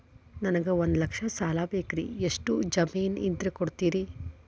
ನನಗೆ ಒಂದು ಲಕ್ಷ ಸಾಲ ಬೇಕ್ರಿ ಎಷ್ಟು ಜಮೇನ್ ಇದ್ರ ಕೊಡ್ತೇರಿ?